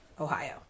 Ohio